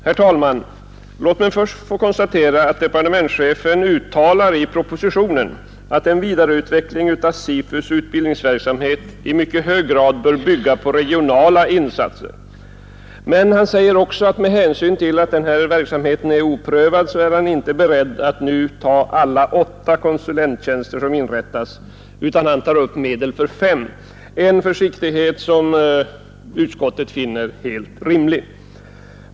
Herr talman! Låt mig först få konstatera att departementschefen har uttalat i propositionen att en vidareutveckling av SIFU:s utbildningsverksamhet i mycket hög grad bör bygga på regionala insatser. Men med hänsyn till att verksamheten är oprövad är han inte beredd att gå med på att alla de åtta begärda konsulenttjänsterna inrättas, utan han tar upp medel för fem, en försiktighet som utskottet finner helt rimlig.